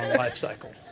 life cycle.